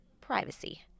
privacy